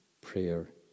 prayer